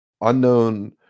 unknown